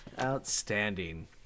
Outstanding